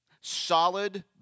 solid